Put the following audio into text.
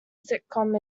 sitcom